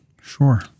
Sure